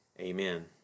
amen